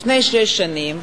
לפני שש שנים,